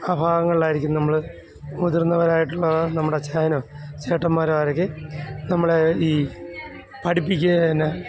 ആ ഭാഗങ്ങളിലായിരിക്കും നമ്മൾ മുതിർന്നവരായിട്ടുള്ള നമ്മുടെ അച്ചായനോ ചേട്ടന്മാരോ അവരൊക്കെ നമ്മളെ ഈ പഠിപ്പിക്കും പിന്നെ